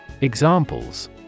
Examples